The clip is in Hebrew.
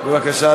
בבקשה,